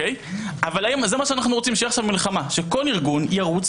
האם אנחנו רוצים שתהיה מלחמה שכל ארגון ירוץ